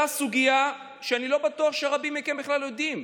סוגיה שאני לא בטוח שרבים מכם בכלל יודעים.